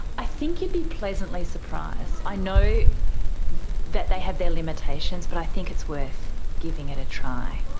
i think you'd be pleasantly surprised. i know that they have their limitations but i think it's worth giving it a try.